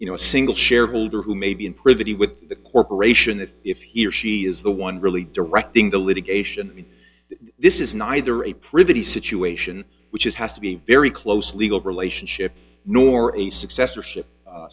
you know a single shareholder who may be in privity with the corporation that if he or she is the one really directing the litigation this is neither a pretty situation which is has to be a very close legal relationship nor a successorship